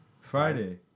Friday